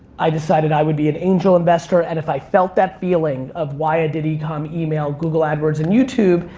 i decided i would be an angel investor, and if i felt that feeling of why i did ecom, email, google adwords, and youtube,